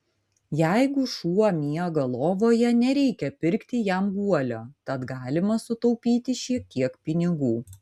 jeigu šuo miega lovoje nereikia pirkti jam guolio tad galima sutaupyti šiek tiek pinigų